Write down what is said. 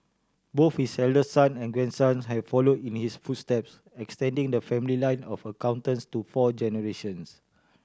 both his eldest son and grandson have followed in his footsteps extending the family line of accountants to four generations